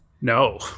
No